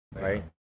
Right